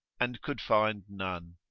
and could find none.